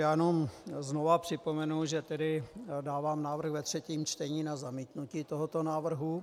Já jenom znovu připomenu, že tedy dávám návrh ve třetím čtení na zamítnutí tohoto návrhu.